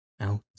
out